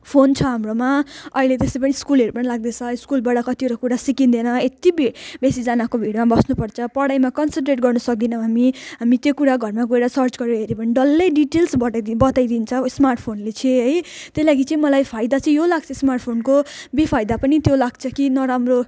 phone छ हाम्रोमा अहिले त्यस्तै परे स्कुलहरू पनि लाग्दैछ स्कुलबाट कतिवटा कुराहरू सिकिँदैन यति बे बेसीजनाको भिडमा बस्नुपर्छ पढाइमा कन्सनट्रेट गर्न सक्दैनौँ हामी हामी त्यो कुरा घरमा गएर सर्च गरेर हेर्यो भने डल्लै डिटेल्स बताइदिन बताइदिन्छ स्मार्टफोनले चाहिँ है त्यही लागि चाहिँ मलाई फाइदा चाहिँ यो लाग्छ स्मार्टफोनको बेफाइदा पनि त्यो लाग्छ कि नराम्रो